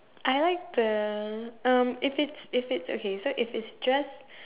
I like the um if it's if it's okay so if it's just